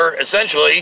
essentially